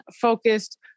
focused